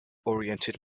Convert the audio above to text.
oriented